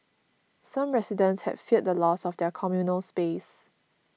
some residents had feared the loss of their communal space